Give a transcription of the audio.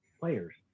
players